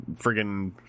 friggin